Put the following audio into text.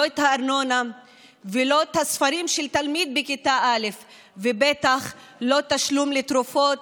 לא את הארנונה ולא את הספרים של תלמיד בכיתה א'; בטח לא תשלום לתרופות